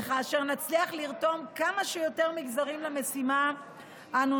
וכאשר נצליח לתרום כמה שיותר מגזרים למשימה אנו